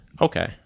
Okay